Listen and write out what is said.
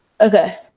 okay